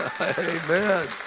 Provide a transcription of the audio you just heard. Amen